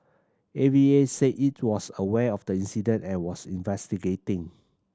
A V A said it was aware of the incident and was investigating